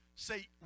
say